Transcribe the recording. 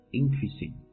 increasing